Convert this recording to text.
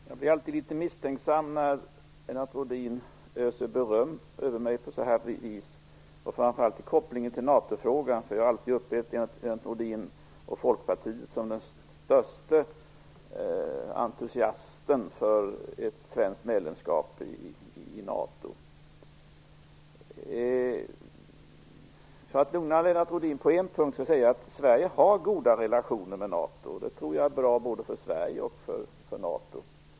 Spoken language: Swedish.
Herr talman! Jag blir alltid litet misstänksam när Lennart Rohdin öser beröm över mig på sådant här vis, framför allt när det gäller kopplingen till NATO frågan. Jag har nämligen alltid upplevt Lennart Rohdin och även Folkpartiet som de största entusiasterna för ett svenskt medlemskap i NATO. För att lugna Lennart Rohdin på en punkt vill jag säga att Sverige har goda relationer med NATO. Jag tror att det är bra för både Sverige och NATO.